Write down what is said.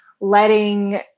letting